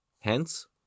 Hence